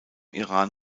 iran